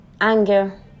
anger